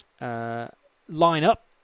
line-up